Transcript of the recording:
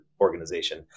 organization